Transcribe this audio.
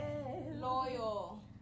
Loyal